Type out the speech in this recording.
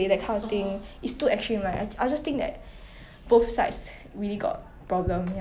but then people like a lot of people always what 我不喜欢 is like